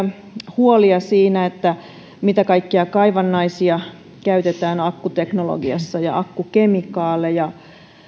huolia siinä mitä kaikkia kaivannaisia käytetään akkuteknologiassa ja akkukemikaaleja